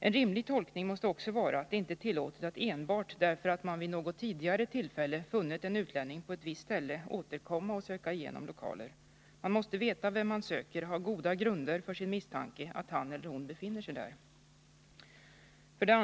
En rimlig tolkning av lagen måste också vara att det inte är tillåtet att, enbart därför att man vid något tidigare tillfälle funnit en utlänning på ett visst ställe, återkomma till och söka igenom de lokaler det gäller. Man måste veta vem man söker, och man måste ha goda grunder för sina misstankar om att han eller hon befinner sig på ett visst ställe.